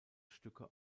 stücke